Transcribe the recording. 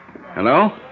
Hello